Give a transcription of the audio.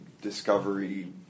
discovery